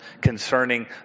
concerning